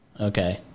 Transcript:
Okay